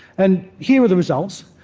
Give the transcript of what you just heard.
and here are the results,